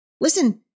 Listen